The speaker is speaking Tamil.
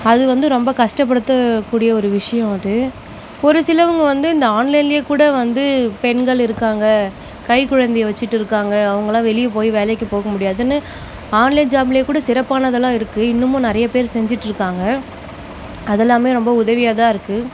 அது வந்து ரொம்ப கஷ்டப்படுத்த கூடிய ஒரு விஷயம் அது ஒரு சிலவங்க வந்து இந்த ஆன்லைன்லையே கூட வந்து பெண்கள் இருக்காங்க கைக்குழந்தையை வச்சிகிட்டு இருக்காங்க அவங்கெல்லாம் வெளியே போய் வேலைக்கு போக முடியாதுன்னு ஆன்லைன் ஜாப்லையே கூட சிறப்பானதெல்லாம் இருக்குது இன்னமும் நிறையா பேர் செஞ்சிகிட்டு இருக்காங்க அதெல்லாமே ரொம்ப உதவியாக தான் இருக்குது